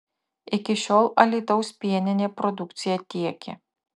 iki šiol alytaus pieninė produkciją tiekė